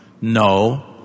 No